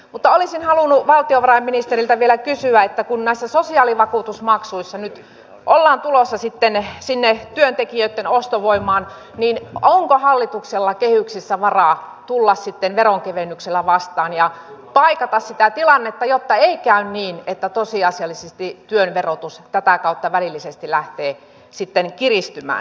mutta olisin halunnut valtiovarainministeriltä vielä kysyä että kun näissä sosiaalivakuutusmaksuissa nyt ollaan tulossa sitten sinne työntekijöitten ostovoimaan niin onko hallituksella kehyksissä varaa tulla sitten veronkevennyksellä vastaan ja paikata sitä tilannetta jotta ei käy niin että tosiasiallisesti työn verotus tätä kautta välillisesti lähtee sitten kiristymään